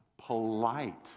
Polite